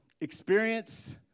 Experience